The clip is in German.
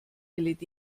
led